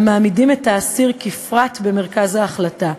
המעמידים את האסיר כפרט במרכז ההחלטה,